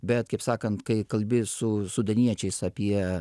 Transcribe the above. bet kaip sakant kai kalbi su sudaniečiais apie